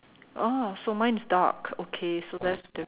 oh so mine is dark okay so that's different